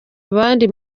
abandi